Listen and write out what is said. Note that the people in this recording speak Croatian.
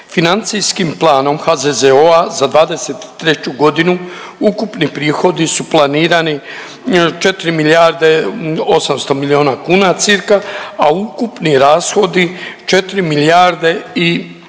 Financijskim planom HZZO-a za 2023. godinu ukupni prihodi su planirani 4 milijarde 800 milijuna kuna cirka, a ukupni rashodi 4 milijarde i